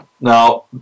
Now